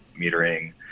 metering